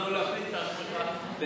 להגן על עצמך.